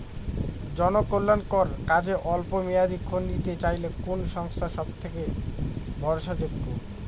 জনকল্যাণকর কাজে অল্প মেয়াদী ঋণ নিতে চাইলে কোন সংস্থা সবথেকে ভরসাযোগ্য?